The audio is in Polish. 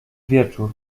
wieczór